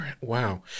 Wow